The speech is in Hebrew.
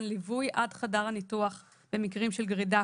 ליווי עד חדר הניתוח במקרים של גרידא,